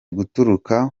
guturuka